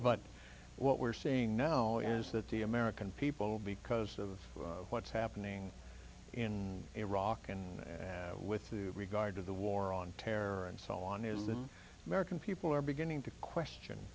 but what we're seeing now is that the american people because of what's happening in iraq and and with the regard to the war on terror and so on is the american people are beginning to question